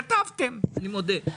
כתבתם, אני מודה.